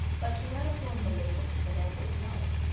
but, tyrannical and malignant as the mandate was,